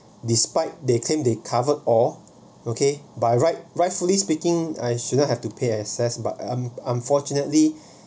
despite they claim they covered all okay by right rightfully speaking I shouldn't have to pay excess but unfortunately